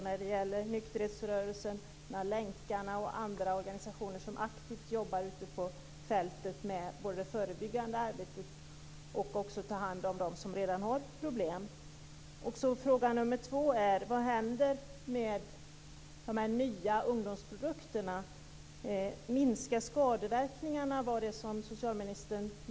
Jag avser nykterhetsrörelsen, Länkarna och andra organisationer som såväl aktivt jobbar ute på fältet med förebyggande arbete som med att ta hand om dem som redan har problem. Socialministern nämnde att man skall minska skadeverkningarna av alkoläsken.